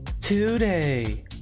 today